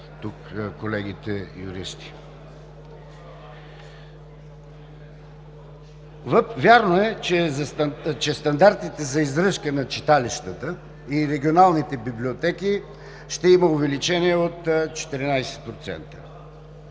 тук колегите юристи. Вярно е, че стандартите за издръжка на читалищата и регионалните библиотеки ще има увеличение от 14%.